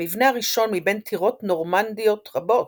המבנה הראשון מבין טירות נורמנדיות רבות